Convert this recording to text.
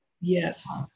Yes